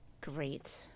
Great